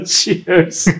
cheers